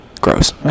Gross